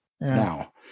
now